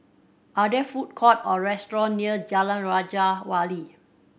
are there food court or restaurant near Jalan Raja Wali